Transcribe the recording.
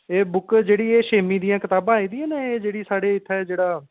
एह् बुक जेह्ड़ी एह् छेमीं दियां कताबां आई दियां न एह् साढ़े इत्थै जेह्ड़ा